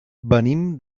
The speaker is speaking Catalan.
venim